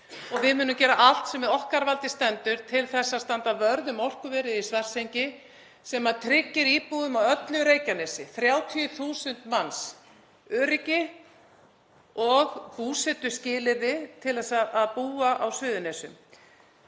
og við munum gera allt sem í okkar valdi stendur til að standa vörð um orkuverið í Svartsengi sem tryggir íbúum á öllu Reykjanesi, 30.000 manns, öryggi og búsetuskilyrði til að búa á Suðurnesjum.